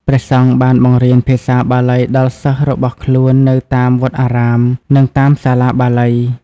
ព្រះសង្ឃបានបង្រៀនភាសាបាលីដល់សិស្សរបស់ខ្លួននៅតាមវត្តអារាម និងតាមសាលាបាលី។